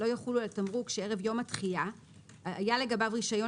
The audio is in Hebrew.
לא יחולו על תמרוק שערב יום התחילה היה לגביו רישיון